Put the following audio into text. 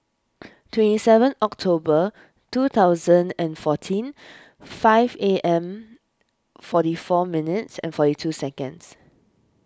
twenty seven October two thousand and fourteen five A M forty four minutes and forty two seconds